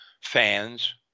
fans